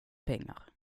pengar